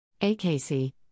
AKC